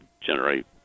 generate